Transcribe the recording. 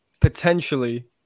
potentially